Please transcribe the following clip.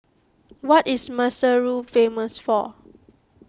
what is Maseru famous for